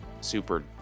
super